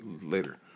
later